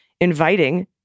inviting